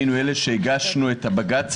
היינו אלה שהגשנו את הבג"ץ.